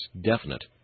definite